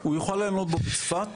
הוא יוכל להנות בו בצפת,